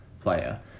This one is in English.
player